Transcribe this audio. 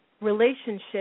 relationship